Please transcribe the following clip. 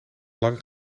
lang